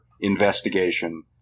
investigation